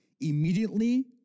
Immediately